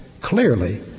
clearly